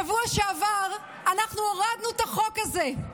בשבוע שעבר אנחנו הורדנו את החוק הזה.